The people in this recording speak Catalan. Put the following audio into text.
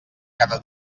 cada